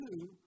two